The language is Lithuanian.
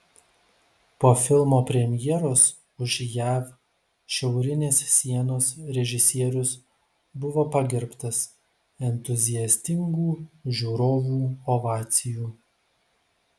po filmo premjeros už jav šiaurinės sienos režisierius buvo pagerbtas entuziastingų žiūrovų ovacijų